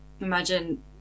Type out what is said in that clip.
Imagine